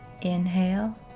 Inhale